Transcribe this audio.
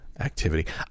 activity